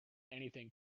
anything